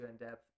in-depth